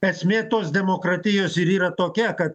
esmė tos demokratijos ir yra tokia kad